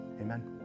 amen